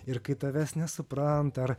ir kai tavęs nesupranta ar